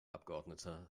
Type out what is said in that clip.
abgeordneter